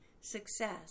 success